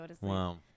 Wow